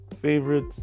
favorite